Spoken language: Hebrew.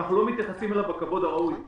ואנחנו לא מתייחסים אליו בכבוד הראוי לו.